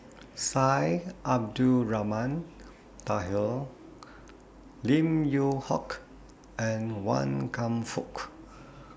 Syed Abdulrahman Taha Lim Yew Hock and Wan Kam Fook